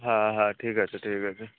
হ্যাঁ হ্যাঁ ঠিক আছে ঠিক আছে